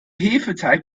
hefeteig